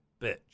bitch